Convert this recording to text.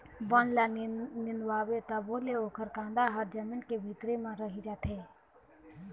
बन ल निंदवाबे तभो ले ओखर कांदा ह जमीन के भीतरी म रहि जाथे